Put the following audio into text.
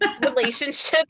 relationships